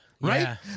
Right